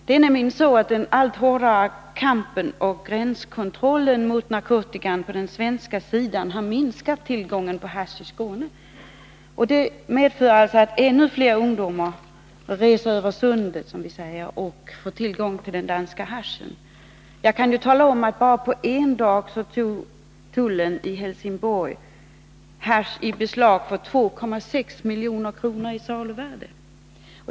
Det är nämligen så att den allt hårdare kampen och gränskontrollen mot narkotika på den svenska sidan har minskat tillgången på hasch i Skåne. Det medför att ännu fler ungdomar reser över Sundet, som man säger, och får tillgång till den danska haschen. Jag kan tala om att tullen i Helsingborg bara på en dag tog i beslag hasch till ett saluvärde av 2,6 milj.kr.